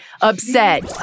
upset